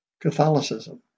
Catholicism